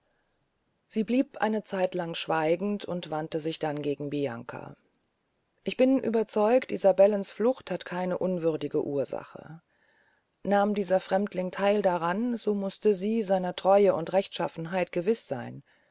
sie blieb eine zeitlang schweigend und wandte dann sich gegen bianca ich bin überzeugt isabellens flucht hat keine unwürdige ursache nahm dieser fremdling theil daran so muste sie seiner treue und rechtschaffenheit gewiß seyn